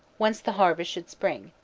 whence the harvest should spring.